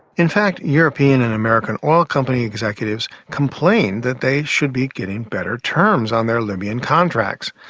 in fact, european and american oil company executives complain that they should be getting better terms on their libyan contracts.